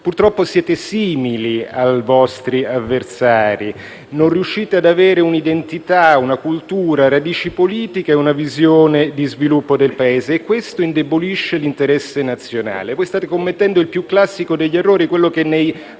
Purtroppo siete simili ai vostri avversari: non riuscite ad avere un'identità, una cultura, radici politiche e una visione di sviluppo del Paese e questo indebolisce l'interesse nazionale. State commettendo il più classico degli errori, quello che nei manuali